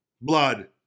blood